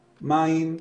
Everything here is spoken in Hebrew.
מים,